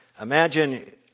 Imagine